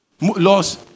laws